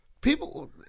People